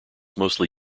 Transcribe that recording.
mostly